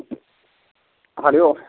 hello